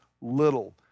little